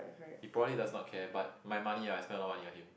he probably does not care but my money ah I spend a lot of money on him